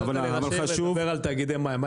נתת לראשי ערים לדבר על תאגידי מים,